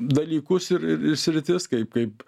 dalykus ir ir ir sritis kaip kaip